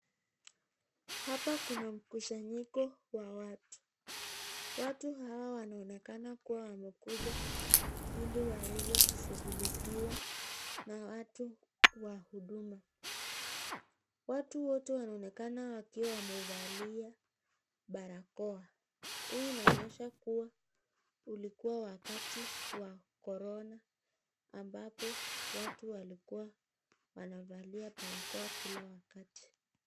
Hapa kuna mkusanyiko wa watu. Watu hawa wanaonekana wamekuja ili waweze kushugulikiwa na watu wa huduma. Watu wote wanaonekana wakiwa wamevalia barakoa. Hii inaonyesha kuwa ulikuwa wakati wa corona ambaopo watu walikuwa wanavalia barakoa kila wakati.